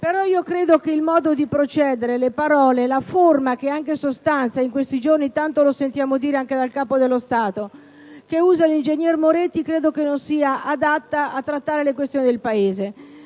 Crediamo però che il modo di procedere, le parole, la forma, che è anche sostanza - in questi giorni tanto lo sentiamo dire anche dal Capo dello Stato -, usate dall'ingegner Moretti non siano adatte a trattare le questioni del Paese.